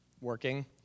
working